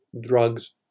drugs